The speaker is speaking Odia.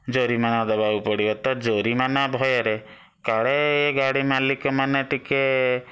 ଜୋରିମାନା ଦେବାକୁ ପଡ଼ିବ ତ ଜୋରିମାନା ଭୟରେ କାଳେ ଗାଡ଼ି ମାଲିକମାନେ ଟିକେ